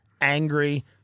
angry